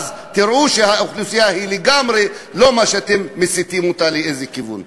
ואז תראו שהאוכלוסייה היא לגמרי לא זו שאתם מסיטים אותה לאיזה כיוון.